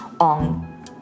on